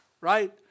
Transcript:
right